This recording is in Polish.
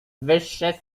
wyższe